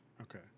Okay